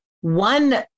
One